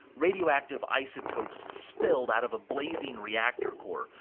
radioactive isotopes spilled out of a blazing reactor core,